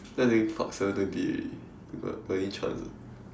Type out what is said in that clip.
then I was thinking fuck seven twenty we got only chance ah